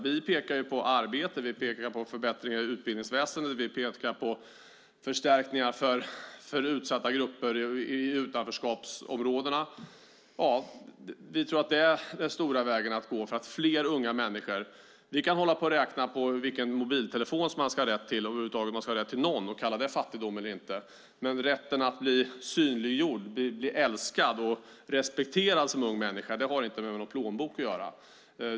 Vi pekar på arbete. Vi pekar på förbättringar i utbildningsväsendet. Vi pekar på förstärkningar för utsatta grupper i utanförskapsområdena. Vi tror att det är den stora vägen att gå för att fler unga människor ska komma rätt. Vi kan hålla på och räkna på vilken mobiltelefon man ska ha rätt till - om man nu över huvud taget ska ha rätt till någon - och kalla det för fattigdom eller inte. Men rätten att bli synliggjord, älskad och respekterad som ung människa har inte med någon plånbok att göra.